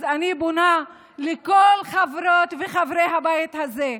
אני פונה לכל חברות וחברי הבית הזה: